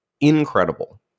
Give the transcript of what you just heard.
incredible